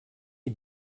est